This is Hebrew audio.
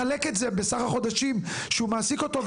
צריך לחלק את זה בסך החודשים שהוא מעסיק אותו,